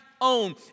own